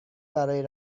برای